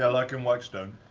yeah, like in whitestone.